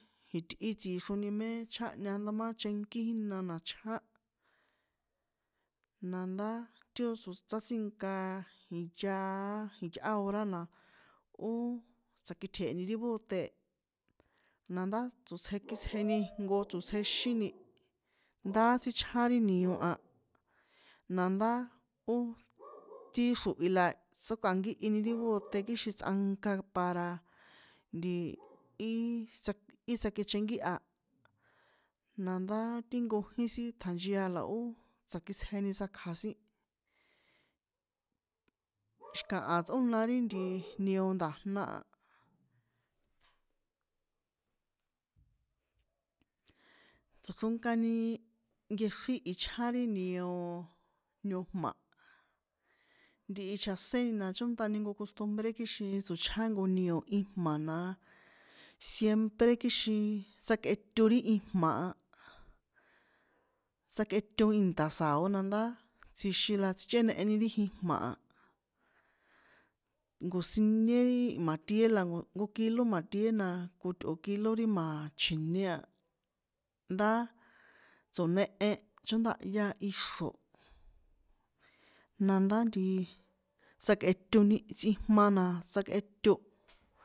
Ri itꞌi tsixroni mé chjănhña nomá ri chenkí jína na chján, nandá ti ó tsátsínka jiyaá iyꞌá hora na, ó tsakitje̱he̱ni ri bóte, nandá tsotsjeni jnko tsotsjexíni, ndá tsíchján ri nio a, na ndá ó ti xrohi la tsókakíhini ri bóte kixin tsꞌanka para ntiii, í tsak í tsakechenkíha, na ndá ti nkojín sin ṭjanchia la ó tsakitsjeni tsakja sin, xi̱kaha tsꞌóna ri nti nio nda̱jna a. Tsochronkani nkexrín ichján ri nio, niojma̱, ntihi chjaséni na chóndani nko costumbre kixin tsochján nko nio ijma̱ na, siempre kixin tsjakꞌeto ri ijma̱ a, tsjakꞌeto ìnṭa̱ sa̱o nandá tsjixin tsichꞌeneheni ri ijma̱ a, nko̱siñé ri ma̱tié la nko nkokilo ma̱tié na ko tꞌo̱ kilo ti ma̱chi̱ni a, ndá tso̱nehen chóndahya ixro̱, nandá ntiiii, tsjakꞌetoni tsꞌijma na tsakꞌeto.